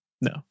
No